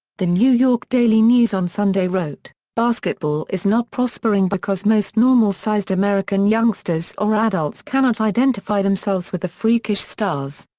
the new york daily news on sunday wrote, basketball is not prospering because most normal sized american youngsters or adults cannot identify themselves with the freakish stars.